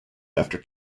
after